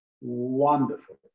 Wonderful